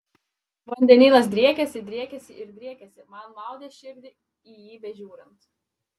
vandenynas driekėsi driekėsi ir driekėsi man maudė širdį į jį bežiūrint